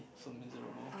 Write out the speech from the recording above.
so miserable